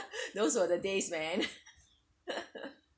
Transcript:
those were the days man